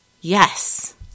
Yes